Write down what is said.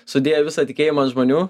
sudėję visą tikėjimą an žmonių